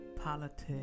politics